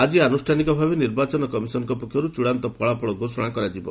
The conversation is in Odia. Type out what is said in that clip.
ଆଜି ଆନୁଷ୍ଠାନିକ ଭାବେ ନିର୍ବାଚନ କମିଶନଙ୍କ ପକ୍ଷରୁ ଚୂଡ଼ାନ୍ତ ଫଳାଫଳ ଘୋଷଣା କରାଯିବ